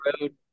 road